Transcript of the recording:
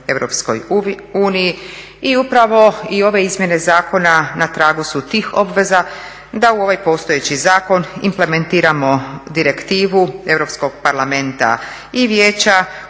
Europskoj uniji. I upravo i ove izmjene zakona na tragu su tih obveza da u ovaj postojeći zakon implementiramo direktivu Europskog parlamenta i Vijeća